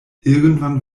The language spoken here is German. irgendwann